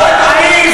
איפה היית,